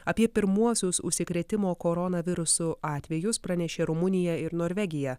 apie pirmuosius užsikrėtimo koronavirusu atvejus pranešė rumunija ir norvegija